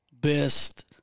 best